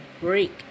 break